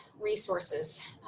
resources